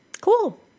Cool